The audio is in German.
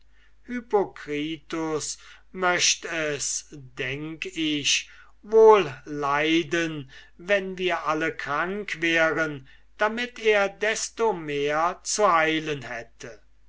möcht es denk ich wohl leiden wenn wir alle krank wären damit er desto mehr zu heilen hätte